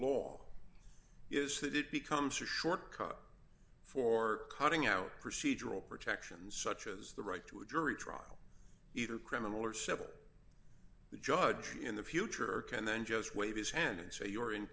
law is that it becomes a shortcut for cutting out procedural protections such as the right to a jury trial either criminal or civil the judge in the future can then just wave his hand and say you're in